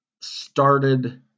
started